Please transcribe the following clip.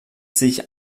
sich